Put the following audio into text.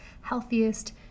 healthiest